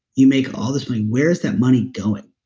you make all this money. where is that money going?